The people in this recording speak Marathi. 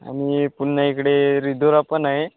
आणि पुन्हा इकडे रिधोरा पण आहे